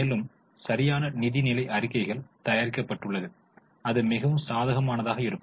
மேலும் சரியான நிதிநிலை அறிக்கைகள் தயாரிக்கப்பட்டது அது மிகவும் சாதகமானதாக இருக்கும்